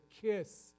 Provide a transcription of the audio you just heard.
kiss